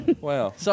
Wow